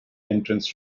entrance